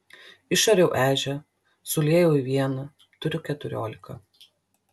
išariau ežią suliejau į vieną turiu keturiolika